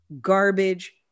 garbage